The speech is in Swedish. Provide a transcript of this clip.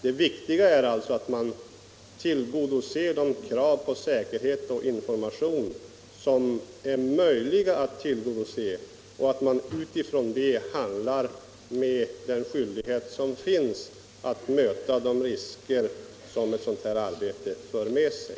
Det viktiga är alltså att man tillgodoser de krav på säkerhet och information som är möjliga att tillgodose och att man utifrån det handlar med hänsyn till skyldigheten att möta de risker som sådant här arbete för med sig.